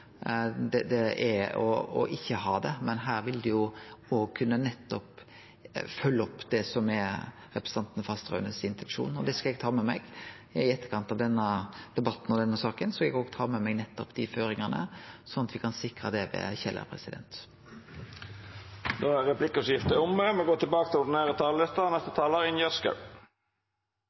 at det normale er å ikkje ha det, men her vil ein følgje opp det som er representanten Fasteraunes intensjon, og det skal eg ta med meg. I etterkant av debatten i denne saka skal eg ta med meg nettopp dei føringane, sånn at me kan sikre det ved Kjeller. Replikkordskiftet er omme. Dei talarane som heretter får ordet, har òg ei taletid på inntil 3 minutt. Det var representanten Fasteraune som fikk meg til